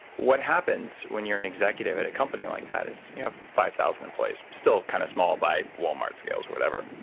what happens when you're an executive at a company like that, is you have five thousand employees still kind of small by walmart's scales or whatever.